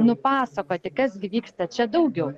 nupasakoti kas gi vyksta čia daugiau